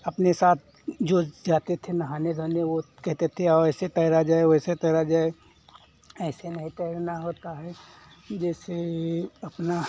अपने साथ जो जाते थे नहाने धोने वह कहते थे ऐसे तैरा जाए वैसे तैरा जाए ऐसे नहीं तैरना होता है जैसे अपना